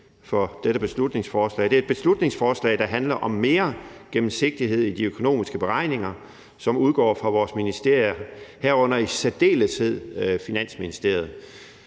for dette beslutningsforslag. Det er et beslutningsforslag, der handler om mere gennemsigtighed i de økonomiske beregninger, som udgår fra vores ministerier, herunder i særdeleshed Finansministeriet.